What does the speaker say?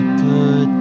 good